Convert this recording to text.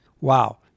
Wow